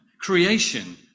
creation